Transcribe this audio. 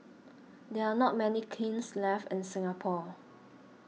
there are not many kilns left in Singapore